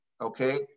okay